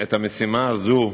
שאת המשימה הזאת,